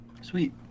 Sweet